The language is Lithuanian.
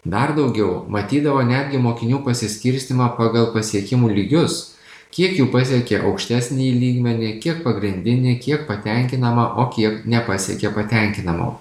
dar daugiau matydavo netgi mokinių pasiskirstymą pagal pasiekimų lygius kiek jų pasiekė aukštesnįjį lygmenį kiek pagrindinį kiek patenkinamą o kiek nepasiekė patenkinamo